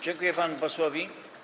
Dziękuję panu posłowi.